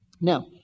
Now